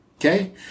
Okay